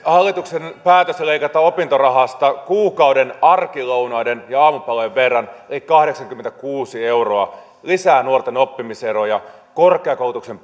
hallituksen päätös leikata opintorahasta kuukauden arkilounaiden ja aamupalojen verran eli kahdeksankymmentäkuusi euroa lisää nuorten oppimiseroja korkeakoulutuksen